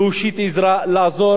כי בהפקרה שלך